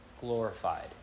glorified